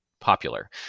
popular